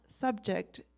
subject